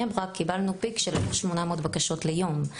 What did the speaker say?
ברק קיבלנו פיק של 800 בקשות ביום.